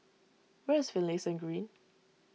where is Finlayson Green